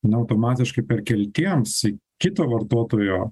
na automatiškai perkeltiems į kito vartotojo